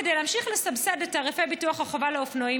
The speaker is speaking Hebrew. כדי להמשיך לסבסד את תעריפי ביטוח החובה לאופנועים,